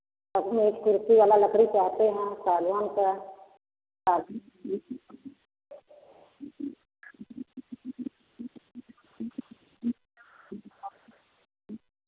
अभी एक कुर्सी वाला लकड़ी चाहते हैं सागवान का